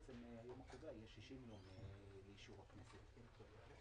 יהיה 60 יום לתקציב,